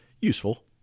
useful